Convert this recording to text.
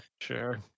Sure